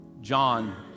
John